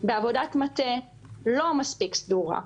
בעבודת מטה לא מספיק סדורה,